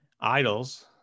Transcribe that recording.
idols